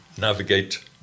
navigate